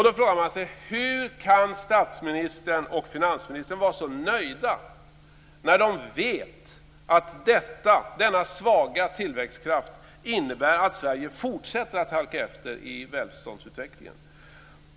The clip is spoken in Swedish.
Då frågar man sig: Hur kan statsministern och finansministern vara så nöjda när de vet att denna svaga tillväxtkraft innebär att Sverige fortsätter att halka efter i välståndsutvecklingen?